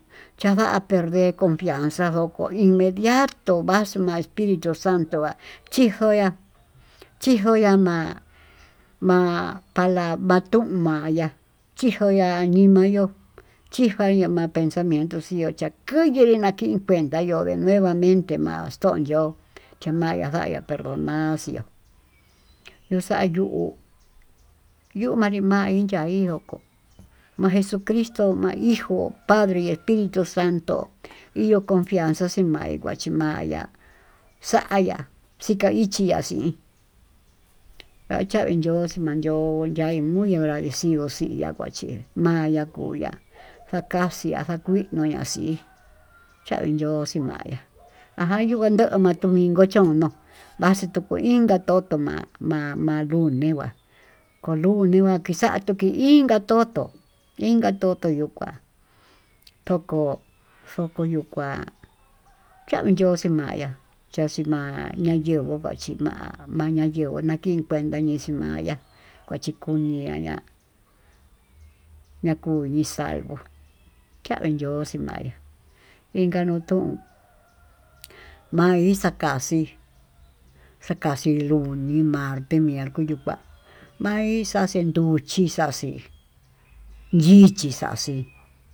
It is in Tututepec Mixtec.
Kanda ha perder confianza, ndoko inmediato vaxua espiritu santo ha chikoyá, chikoya ma'a, ma'a pala patuu mayá xhikoja njinoyó chinga ma'a pensamiento xiuu ta'a kuye nena'a nakii kuenta yo'ó de nuevamenté ma'a tonyo'ó chamaya xaya'á perdo ma'a chió yuu xa'a yuu yu manrí ma'í chá hí oko ma'a jesucristó toma'a hijo padre espiritu santó hi yo'ó confianza xiamaí kuachimaí, ya'a xaya'á ngaichi ya'á xhín ñaxa'e yo'ó mayoo muy agradecida yo'ó xiyaá huachí, maya kuya xakaxia xakuí nona xíí chan yo'ó ximayá, aján nukua yo'ó makun ninko chono'ó vaxii kuku inka toko ma'a maluni nguá kolun ndikan kixa'a tuu ki inká toto inka toto yuu kuá toko xoko yuu kuá chan yoxe maya'á chaxii ma'a nayenguu huachi ma'á ma'a nayenguó nakii kuenta ña'a ixii maya'á kuchi kuniania ñakuni salvó kanyoxi maya'á inka nuu tun maixa kaxii xakaxii lunes, martes, mierco yuun kuá ma'a ixaxhi nruchí kuáxi nrichi xa'axhí.